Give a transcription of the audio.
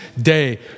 day